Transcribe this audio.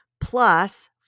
Plus